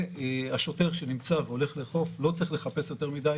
השוטר שנמצא והולך לאכוף לא צריך לחפש יותר מדי